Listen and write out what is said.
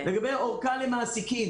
לגבי ארכה למעסיקים